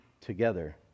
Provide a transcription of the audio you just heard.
together